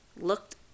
looked